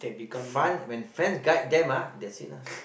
fun when friends guide them ah that it lah